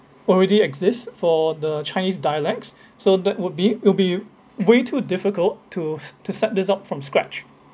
already exists for the chinese dialects so that would be it'll be way too difficult to to set up from scratch